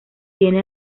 tiene